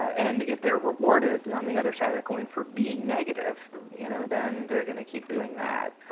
and if they're rewarded and on the other side of the coin for being negative you know then they're going to keep doing that.